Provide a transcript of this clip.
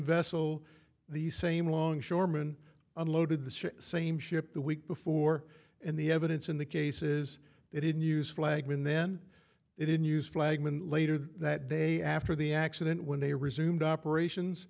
vessel the same longshoreman unloaded the same ship the week before and the evidence in the case is they didn't use flag when then it in use flag when later that day after the accident when they resumed operations